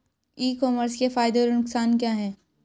ई commerce के फायदे और नुकसान क्या हैं?